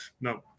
No